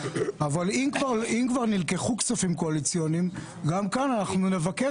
אבל אם כבר נלקחו כספים קואליציוניים נבקר